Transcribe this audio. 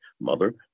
mother